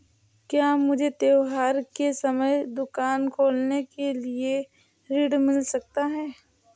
क्या मुझे त्योहार के समय दुकान खोलने के लिए ऋण मिल सकता है?